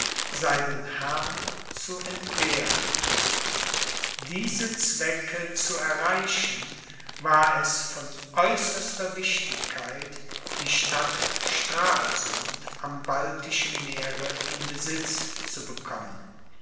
seinen herrn zu entbehren diese zwecke zu erreichen war es von äußerster wichtigkeit die stadt stralsund am baltischen meere in besitz zu bekommen